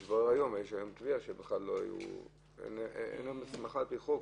כשיש היום תביעה שאין להם הסמכה על פי חוק.